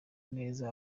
neza